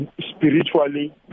spiritually